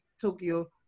Tokyo